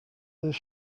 this